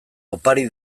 opari